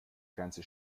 ganze